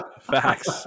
Facts